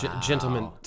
gentlemen